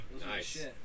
Nice